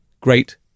great